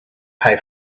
pay